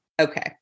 okay